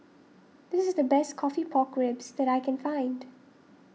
this is the best Coffee Pork Ribs that I can find